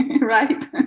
right